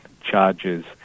charges